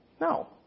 No